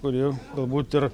kuri galbūt ir